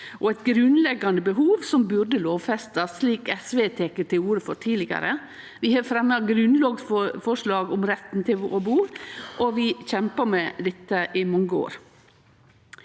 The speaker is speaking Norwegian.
og eit grunnleggjande behov som burde lovfestast, slik SV har teke til orde for tidlegare. Vi har fremja grunnlovsforslag om retten til å bu, og vi har kjempa for det i mange år.